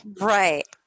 right